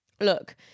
look